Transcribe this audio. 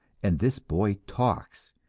and this boy talks.